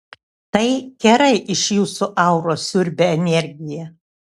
tai kerai iš jūsų auros siurbia energiją